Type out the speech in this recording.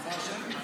הצבעה.